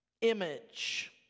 image